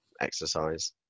exercise